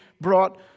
brought